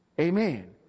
amen